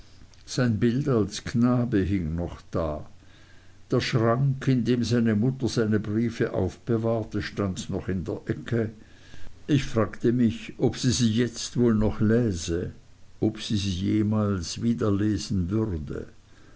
sein bild als knabe hing noch da der schrank in dem seine mutter seine briefe aufbewahrte stand noch in der ecke ich fragte mich ob sie sie jetzt wohl noch läse ob sie sie jemals wieder lesen würde